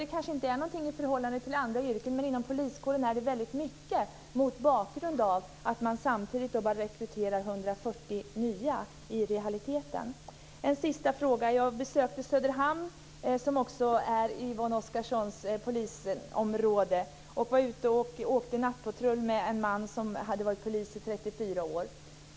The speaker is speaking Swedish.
Det är kanske inte det i förhållande till andra yrken, men inom poliskåren är det väldigt mycket mot bakgrund av att man samtidigt i realiteten rekryterar bara 140 nya. En sista fråga. Jag har besökt Söderhamns närpolisområde, som också är Yvonne Oscarssons närpolisområde. Jag var ute och åkte nattpatrull med en man som hade varit polis i 34 år.